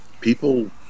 people